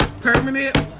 Permanent